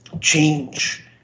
change